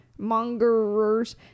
mongers